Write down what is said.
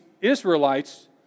Israelites